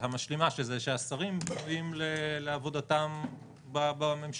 והמשלימה של זה, שהשרים פנויים לעבודתם בממשלה.